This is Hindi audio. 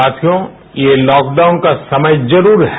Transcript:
साथियों ये लॉकडाउन का समय जरूर है